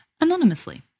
anonymously